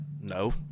no